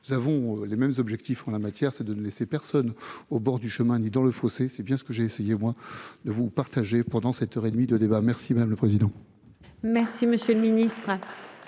nous avons les mêmes objectifs en la matière, c'est de ne laisser personne au bord du chemin dit dans le fossé, c'est bien ce que j'ai essayé moi ne vous partagez pendant 7 heures et demie de débat merci madame le président. Merci monsieur le ministre,